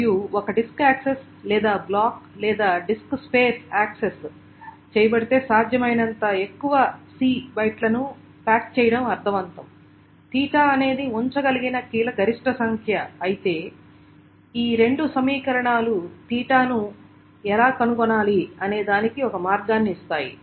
మరియు ఒక డిస్క్ లేదా బ్లాక్ లేదా డిస్క్ స్పేస్ యాక్సెస్ చేయబడితే సాధ్యమైనంత ఎక్కువ సి బైట్లను ప్యాక్ చేయడం అర్ధవంతమే తీటాθ అనేది ఉంచగలిగిన కీల గరిష్ట సంఖ్య అయితే ఈ రెండు సమీకరణాలు తీట ను ఎలా కనుగొనాలి అనే దానికి ఒక మార్గాన్ని ఇస్తాయి